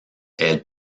elle